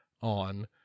on